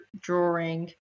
drawing